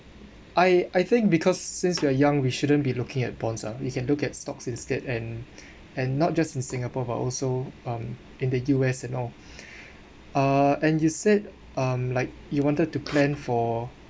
I I think because since you are young we shouldn't be looking at bonds ah are you can look at stocks instead and and not just in singapore but also um in the U_S and all uh and you said um like you wanted to plan for